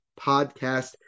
Podcast